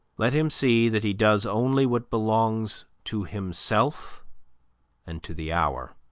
let him see that he does only what belongs to himself and to the hour.